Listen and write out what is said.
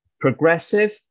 Progressive